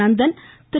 Nandan Thiru